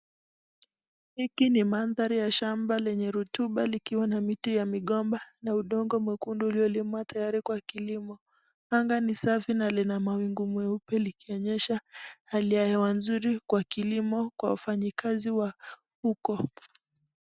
Hiki ni mandhari ya shmba linaonekana likiwa na miti ya migomba na mchanga mwekundu uliolimwa tayari kwa kilomo anga ni safi na limamawingu meupe likionyesha hali ya hewa nzuri kwa kilimo kwa wafanyikazi wa huko.